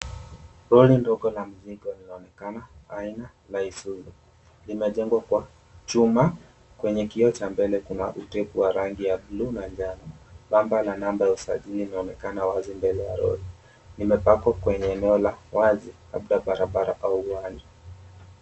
Lori ndogo la mizigo linaonekana, aina la Isuzu. Limejengwa kwa chuma, kwenye kioo cha mbele kuna utepu wa rangi ya blue na njano. Pamba la namba ya usajili inaonekana wazi mbele ya lori. Imepakwa kwenye eneo la wazi, labda barabara pa uani.